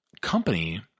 company